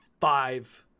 five